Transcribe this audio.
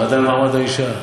הוועדה למעמד האישה.